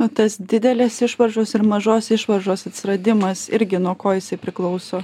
na tas didelės išvaržos ir mažos išvaržos atsiradimas irgi nuo ko jisai priklauso